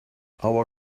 our